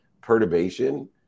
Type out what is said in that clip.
perturbation